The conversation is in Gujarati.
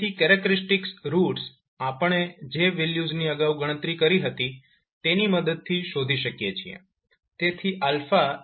તેથી કેરેક્ટરીસ્ટિક્સ રૂટ્સ આપણે જે વેલ્યુઝની અગાઉ ગણતરી કરી હતી તેની મદદથી શોધી શકીએ છીએ